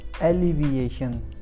alleviation